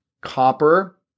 copper